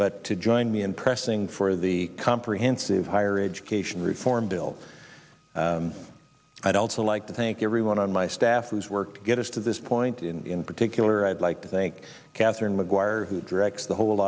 but to join me in pressing for the comprehensive higher education reform bill i'd also like to thank everyone on my staff whose work to get us to this point in particular i'd like to think katherine mcguire who directs the whole